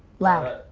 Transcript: loud!